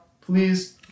Please